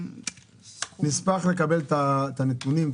נשמח לקבל את הנתונים.